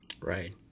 right